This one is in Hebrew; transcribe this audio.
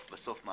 כפי